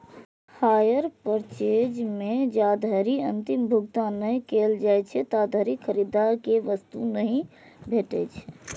hire purchase मे जाधरि अंतिम भुगतान नहि कैल जाइ छै, ताधरि खरीदार कें वस्तु नहि भेटै छै